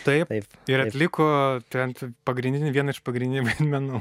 taip ir atliko tiriant ten pagrindinį vieną iš pagrindinių vaidmenų